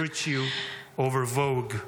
virtue over vogue.